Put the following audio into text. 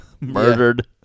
murdered